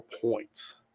points